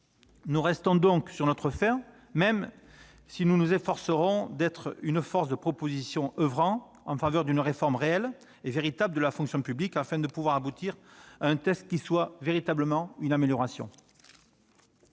Nous restons donc sur notre faim, même si nous nous efforcerons d'être une force de proposition agissant en faveur d'une réforme réelle de la fonction publique, afin de pouvoir aboutir à un texte qui soit véritablement une amélioration.